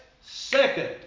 second